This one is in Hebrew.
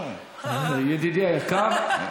ידידי היקר,